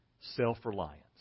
self-reliance